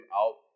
out